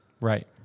right